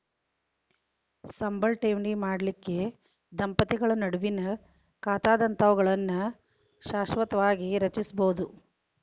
ಸಂಬಳ ಠೇವಣಿ ಮಾಡಲಿಕ್ಕೆ ದಂಪತಿಗಳ ನಡುವಿನ್ ಖಾತಾದಂತಾವುಗಳನ್ನ ಶಾಶ್ವತವಾಗಿ ರಚಿಸ್ಬೋದು